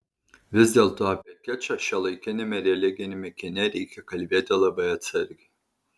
vis dėlto apie kičą šiuolaikiniame religiniame kine reikia kalbėti labai atsargiai